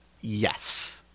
yes